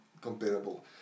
comparable